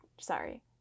sorry